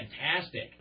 fantastic